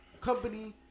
company